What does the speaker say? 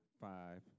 five